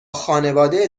خانواده